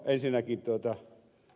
ensinnäkin ed